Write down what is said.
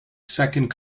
second